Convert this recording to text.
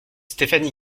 stéphanie